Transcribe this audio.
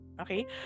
Okay